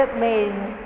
made